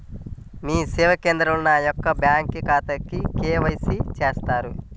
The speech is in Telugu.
మీ సేవా కేంద్రంలో నా యొక్క బ్యాంకు ఖాతాకి కే.వై.సి చేస్తారా?